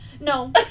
No